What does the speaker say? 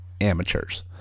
amateurs